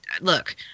look